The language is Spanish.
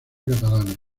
catalana